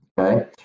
Okay